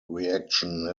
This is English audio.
reaction